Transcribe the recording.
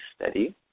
steady